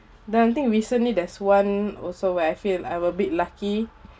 then I think recently there's one also where I feel I a bit lucky